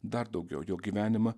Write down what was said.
dar daugiau jo gyvenimą